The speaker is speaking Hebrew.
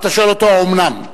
אתה שואל אותו: האומנם?